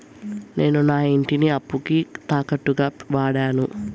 నేను నా ఇంటిని అప్పుకి తాకట్టుగా వాడాను